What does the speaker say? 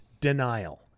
Denial